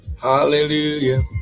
hallelujah